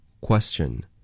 Question